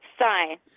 sign